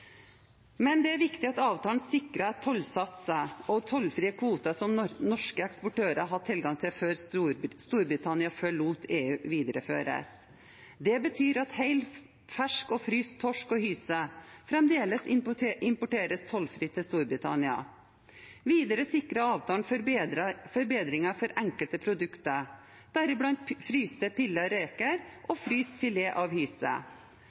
Det er viktig at avtalen sikrer at tollsatser og tollfrie kvoter som norske eksportører hadde tilgang til før Storbritannia forlot EU, videreføres. Det betyr at hel fersk og fryst torsk og hyse fremdeles eksporteres tollfritt til Storbritannia. Videre sikrer avtalen forbedringer for enkelte produkter, deriblant fryste pillede reker